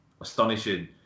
astonishing